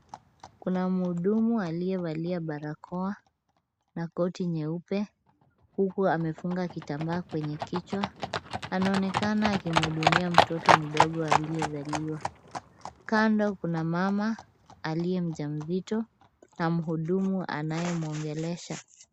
Kuna mhudumu aliyevalia barakoa na koti nyeupe huku amefunga kitambaa kwenye kichwa. Anaonekana akimhudumia mtoto mdogo aliyezaliwa. Kando kuna mama aliye mjamzito na mhudumu anayemuongelesha.